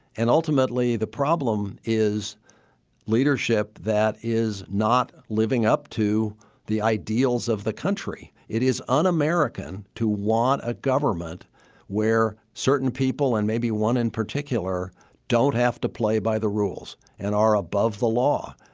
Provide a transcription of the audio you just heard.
and ultimately, the problem is leadership that is not living up to the ideals of the country. it is un-american to want a government where certain people and maybe one in particular don't have to play by the rules and are above the law.